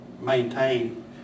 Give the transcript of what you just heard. maintain